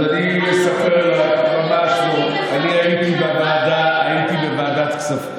אז אני אספר לך משהו: אני הייתי בוועדת כספים,